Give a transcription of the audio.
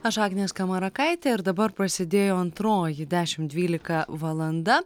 aš agnė skamarakaitė ir dabar prasidėjo antroji dešim dvylika valanda